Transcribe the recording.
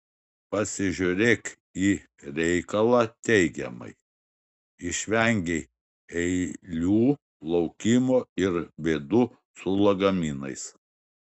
pasižiūrėk į reikalą teigiamai išvengei eilių laukimo ir bėdų su lagaminais